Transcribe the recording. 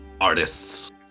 artists